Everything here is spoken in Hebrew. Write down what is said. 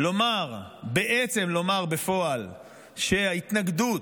בעצם לומר בפועל שההתנגדות,